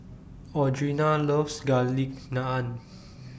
Audrina loves Garlic Naan